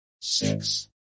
six